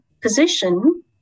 position